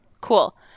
Cool